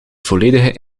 volledige